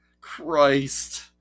Christ